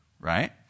right